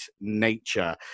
nature